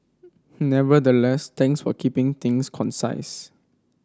nevertheless thanks for keeping things concise